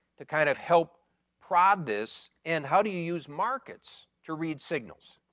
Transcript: to kind of help prod this and how do you use markets to read signals?